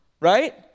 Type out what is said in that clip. right